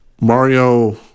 Mario